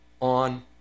on